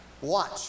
Watch